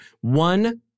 One